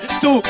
two